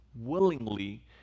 willingly